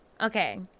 Okay